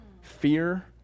fear